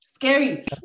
scary